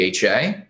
DHA